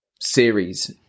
series